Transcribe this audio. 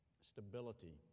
stability